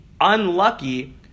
unlucky